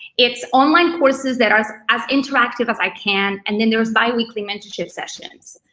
it's online courses that are as interactive as i can. and then there's bi-weekly mentorship sessions.